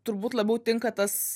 turbūt labiau tinka tas